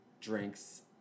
drinks